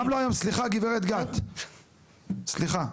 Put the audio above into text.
סליחה, גברת גת, סליחה,